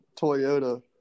Toyota